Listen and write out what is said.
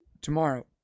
tomorrow